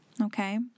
Okay